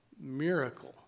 miracle